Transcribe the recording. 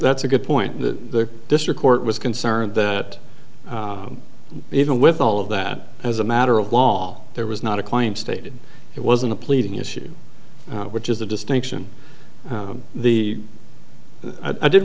that's a good point the district court was concerned that even with all of that as a matter of law there was not a claim stated it wasn't a pleading issue which is the distinction the i didn't